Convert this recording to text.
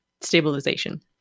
stabilization